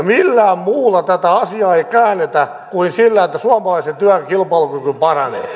millään muulla tätä asiaa ei käännetä kuin sillä että suomalaisen työn kilpailukyky paranee